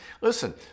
Listen